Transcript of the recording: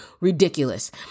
Ridiculous